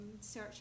search